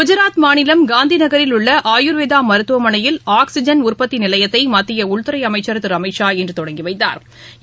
குஜராத் மாநிலம் காந்திநகரில் உள்ள ஆயுர்வேதா மருத்துவமனையில் ஆக்ஸிஜன் உற்பத்தி நிலையத்தை மத்திய உள்துறை அமைச்சர் திரு அமித்ஷா இன்று தொடங்கி வைத்தாா்